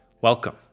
Welcome